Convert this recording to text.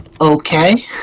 Okay